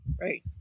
Right